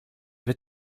give